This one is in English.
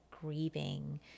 grieving